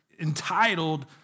entitled